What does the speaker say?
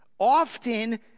often